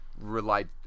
relied